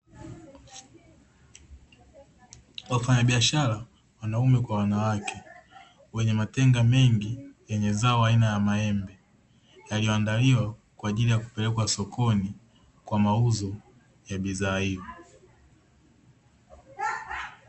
Wafanyabiashara wanaume kwa wanawake, wenye matenga mengi yenye zao aina ya maembe, yaliyoandaliwa kwa ajili ya kupelekwa sokoni kwa mauzo ya bidhaa hiyo.